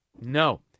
No